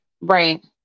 Right